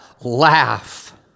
laugh